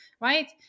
right